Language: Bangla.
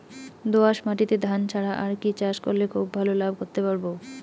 দোয়াস মাটিতে ধান ছাড়া আর কি চাষ করলে খুব ভাল লাভ করতে পারব?